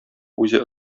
үзе